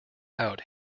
out